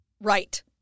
Right